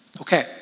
Okay